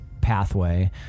pathway